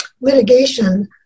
litigation